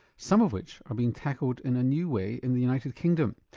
some of which are being tackled in a new way in the united kingdom.